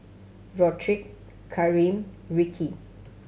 Rodrick Karim Rikki